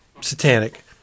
satanic